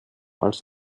als